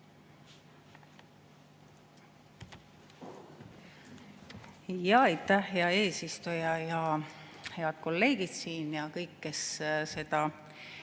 Aitäh, hea eesistuja! Head kolleegid siin ja kõik, kes seda